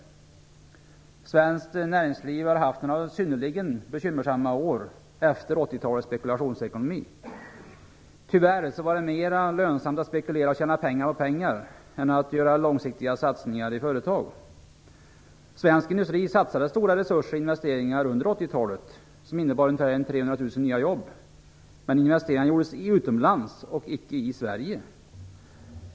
Svenskt näringsliv har haft några synnerligen bekymmersamma år efter 80-talets spekulationsekonomi. Tyvärr var det då mer lönsamt att spekulera och tjäna pengar på pengar än att göra långsiktiga satsningar i företag. Svensk industri satsade stora resurser och investeringar under 80-talet, och detta gav ungefär 300 000 nya jobb. Men investeringarna gjordes utomlands och icke i Sverige.